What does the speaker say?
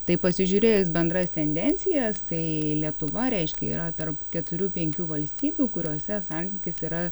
tai pasižiūrėjus bendras tendencijas tai lietuva reiškia yra tar keturių penkių valstybių kuriose santykis yra